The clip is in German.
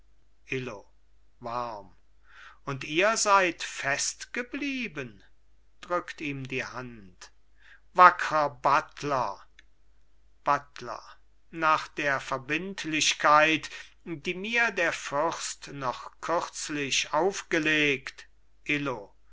illo warm und ihr seid festgeblieben drückt ihm die hand wackrer buttler buttler nach der verbindlichkeit die mir der fürst noch kürzlich aufgelegt illo